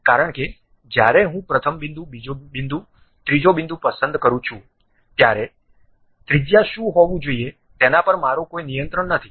કારણ કે જ્યારે હું પ્રથમ બિંદુ બીજો બિંદુ ત્રીજો બિંદુ પસંદ કરું છું ત્યારે ત્રિજ્યા શું હોવું જોઈએ તેના પર મારો કોઈ નિયંત્રણ નથી